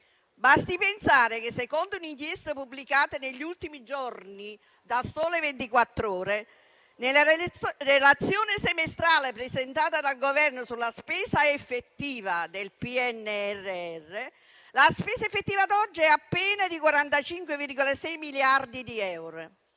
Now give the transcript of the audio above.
Basti pensare che, secondo un'inchiesta pubblicata negli ultimi giorni da «Il Sole 24 Ore», nella relazione semestrale presentata dal Governo sulla spesa effettiva del PNRR, la spesa effettiva ad oggi è di appena di 45,6 miliardi di euro.